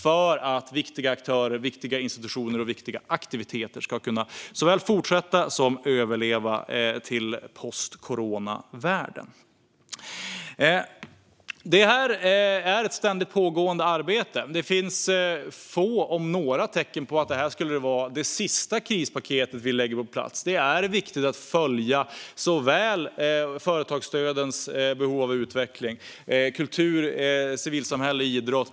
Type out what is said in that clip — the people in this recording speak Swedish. Då kan viktiga aktörer, institutioner och aktiviteter fortsätta och överleva till världen "post corona". Detta är ett ständigt pågående arbete. Det finns få om några tecken på att det här skulle vara det sista krispaket som vi får på plats. Det är viktigt att följa såväl företagsstödens behov av utveckling som utvecklingen inom kultur, civilsamhälle och idrott.